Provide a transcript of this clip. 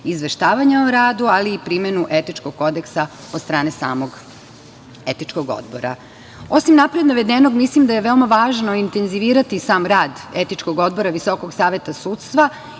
izveštavanja o radu, ali i primenu Etičkog kodeksa od strane samog Etičkog odbora. Osim napred navedenog, misli da je veoma važno intenzivirati sam rad Etičkog odbora Visokog saveta sudstva